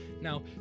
Now